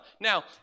Now